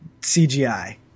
CGI